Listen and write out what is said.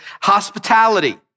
hospitality